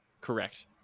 Correct